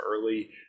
early